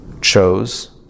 chose